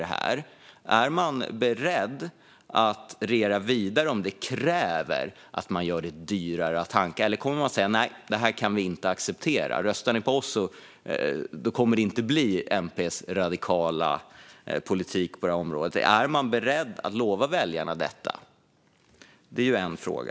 Är man beredd att regera vidare om det kräver att man gör det dyrare att tanka? Eller kommer man att säga att man inte kan acceptera detta, att om man röstar på er kommer det inte att bli MP:s radikala politik på området? Är man beredd att lova väljarna detta?